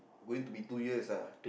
going to be two years ah